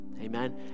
Amen